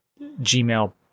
Gmail